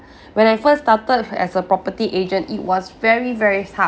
when I first started as a property agent it was very very tough